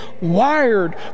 wired